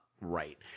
right